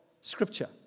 scripture